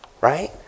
right